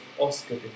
Oscar